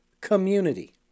community